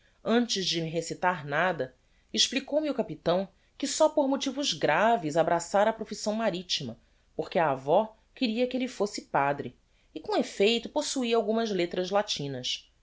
antes de me recitar nada explicou-me o capitão que só por motivos graves abraçara a profissão maritima porque a avó queria que elle fosse padre e com effeito possuia algumas lettras latinas